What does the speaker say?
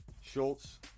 schultz